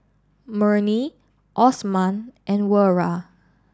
Murni Osman and Wira